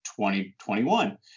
2021